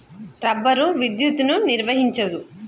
rubber విద్యుత్తును నిర్వహించదు